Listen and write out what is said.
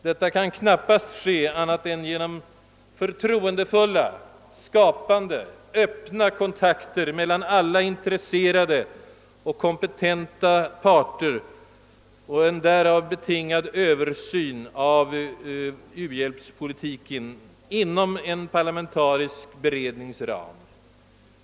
Detta kan knappast åstadkommas annat än genom förtroendefulla, skapande, öppna och ordnade kontakter mellan alla intresserade och kompetenta parter och en därigenom möjliggjord översyn av u-hjälpspolitiken inom en parlamentarisk berednings ram.